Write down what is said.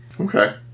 Okay